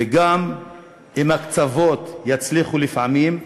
וגם אם הקצוות יצליחו לפעמים,